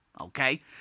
Okay